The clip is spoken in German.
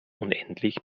unendlich